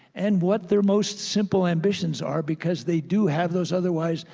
and what their most simple ambitions are because they do have those. otherwise,